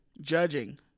judging